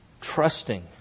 trusting